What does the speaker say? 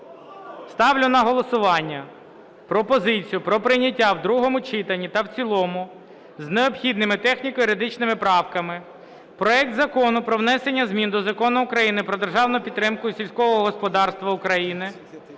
Ставлю на голосування пропозицію про прийняття в другому читанні та в цілому з необхідними техніко-юридичними правками проект Закону про внесення змін до Закону України "Про державну підтримку сільського господарства України"